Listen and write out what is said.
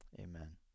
Amen